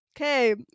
okay